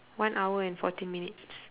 one hour and fourteen minutes